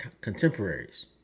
contemporaries